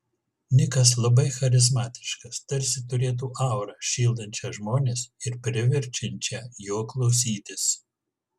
nikas labai charizmatiškas tarsi turėtų aurą sušildančią žmones ir priverčiančią jo klausytis